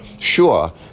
sure